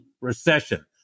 recession